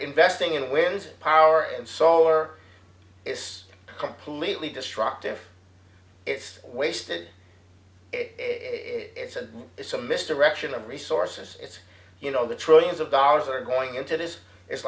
investing in wind power and solar it's completely destructive it's wasted it's a it's a mystery action of resources it's you know the trillions of dollars are going into this i